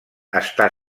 està